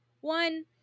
one